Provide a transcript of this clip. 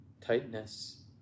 tightness